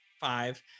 five